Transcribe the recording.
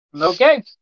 Okay